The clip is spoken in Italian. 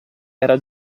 era